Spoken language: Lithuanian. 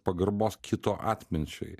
pagarbos kito atminčiai